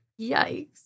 Yikes